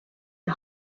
the